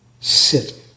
sit